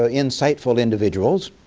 ah insightful individuals